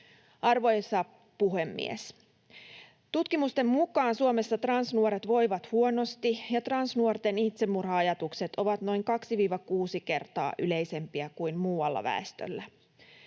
Arvoisa puhemies! Tutkimusten mukaan Suomessa transnuoret voivat huonosti ja transnuorten itsemurha-ajatukset ovat noin 2—6 kertaa yleisempiä kuin muulla väestöllä.